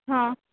हां